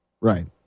Right